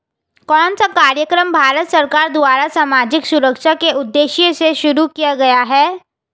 कौन सा कार्यक्रम भारत सरकार द्वारा सामाजिक सुरक्षा के उद्देश्य से शुरू किया गया है?